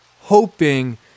hoping